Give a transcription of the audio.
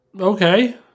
Okay